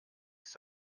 ist